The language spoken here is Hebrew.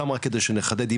סתם לחדד,